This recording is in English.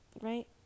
Right